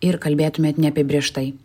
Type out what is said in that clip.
ir kalbėtumėt neapibrėžtai